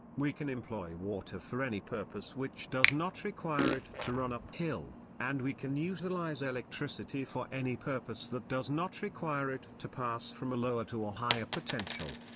we can employ water for any purpose which does not require it to run up-hill, and we can utilise electricity for any purpose that does not require it to pass from a lower to a higher potential.